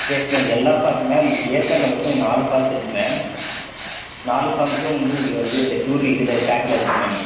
yes ma'am எல்லா falls ma'am ஏற்காட்டில் மொத்தம் நாலு பால்ஸ் இருக்கு மேம் நாலு பால்ஸும் இதுவும் வந்து உங்களை வந்து டூர் இதில் பேக்ல இருக்கும் மேம்